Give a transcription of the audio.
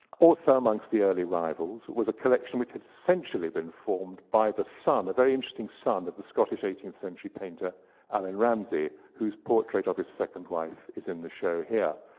also amongst the early arrivals was a collection which had essentially been formed by the son, a very interesting son of the scottish eighteenth century painter allan ramsey, whose portrait of his second wife is in the show here.